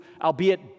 albeit